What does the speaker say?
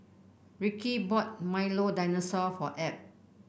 Ricky bought Milo Dinosaur for Ab